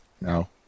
No